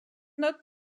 not